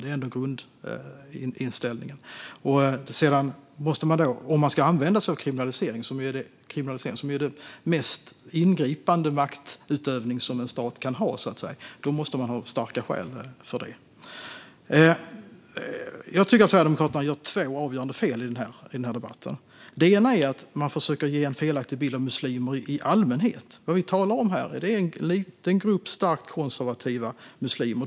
Det är ändå grundinställningen. Om man ska använda sig av kriminalisering, som är en stats mest ingripande maktutövning, måste man ha starka skäl för det. Jag tycker att Sverigedemokraterna gör två avgörande fel i den här debatten. Det ena är att man försöker ge en felaktig bild av muslimer i allmänhet. Det vi talar om här är en liten grupp starkt konservativa muslimer.